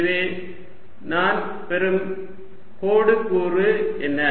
எனவே நான் பெறும் கோடு கூறு என்ன